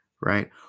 right